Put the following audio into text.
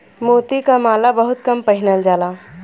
मोती क माला बहुत पहिनल जाला